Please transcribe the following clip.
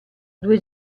due